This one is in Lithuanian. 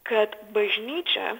kad bažnyčia